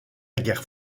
guerre